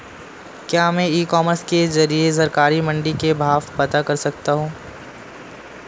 क्या मैं e commerce के ज़रिए सरकारी मंडी के भाव पता कर सकता हूँ?